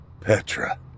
Petra